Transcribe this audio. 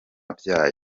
byayo